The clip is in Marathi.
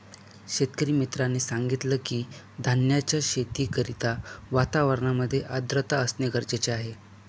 शेतकरी मित्राने सांगितलं की, धान्याच्या शेती करिता वातावरणामध्ये आर्द्रता असणे गरजेचे आहे